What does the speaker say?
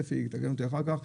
אפי תתקן אחר כך,